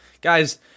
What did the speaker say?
guys